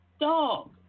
dog